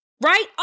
right